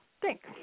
Thanks